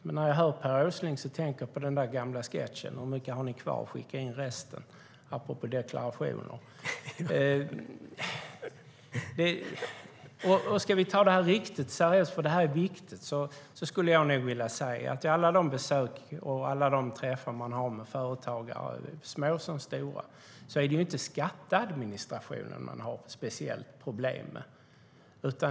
Men när jag hör Per Åsling tala tänker jag på den där gamla sketchen där man apropå deklarationer sa: Hur mycket har ni kvar? Skicka in resten. Ska vi ta det här riktigt seriöst - för det här är viktigt - skulle jag dock vilja säga att det ju, utifrån det som sägs vid alla besök och träffar vi har med små som stora företagare, inte är skatteadministration man har speciellt stora problem med.